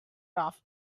raft